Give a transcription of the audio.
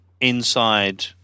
inside